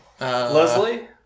Leslie